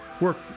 Work